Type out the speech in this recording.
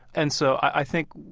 and so, i think,